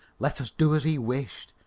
let us do as he wished,